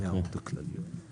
(היו"ר אופיר כץ, 09:08)